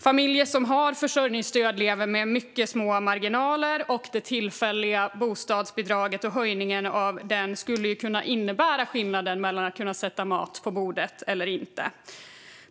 Familjer som har försörjningsstöd lever med mycket små marginaler, och det tillfälliga bostadsbidraget och höjningen av det skulle kunna innebära skillnaden mellan att kunna sätta mat på bordet eller inte.